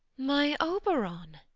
my oberon!